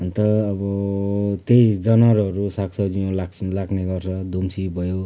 अन्त अब त्यही जनावरहरू साग सब्जीमा लाग्छ लाग्ने गर्छ दुम्सी भयो